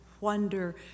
wonder